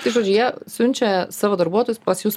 tai žodžiu jie siunčia savo darbuotojus pas jus